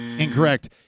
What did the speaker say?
Incorrect